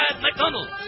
McDonald's